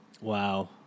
Wow